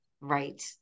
Right